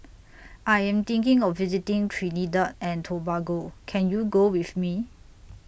I Am thinking of visiting Trinidad and Tobago Can YOU Go with Me